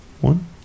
One